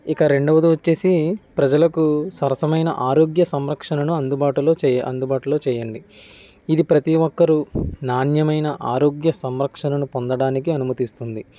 ఇకా రెండోది వచ్చేసి ప్రజలకు సరసమైన ఆరోగ్య సంరక్షణను అందుబాటులో అందుబాటులో చేయండి ఇది ప్రతి ఒక్కరూ నాణ్యమైన ఆరోగ్య సంరక్షణను పొందడానికి అనుమతిస్తుంది